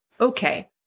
okay